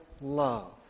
love